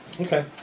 Okay